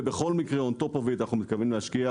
ובכל מקרה מעל זה אנחנו מתכוונים להשקיע